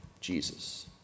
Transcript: Jesus